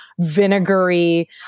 vinegary